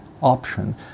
option